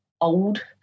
old